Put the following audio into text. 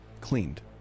cleaned